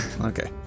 Okay